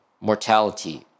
mortality